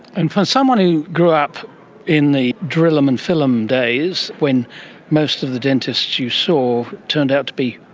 and for someone who grew up in the drill em and fill em days when most of the dentists you saw turned out to be,